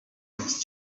байсан